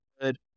good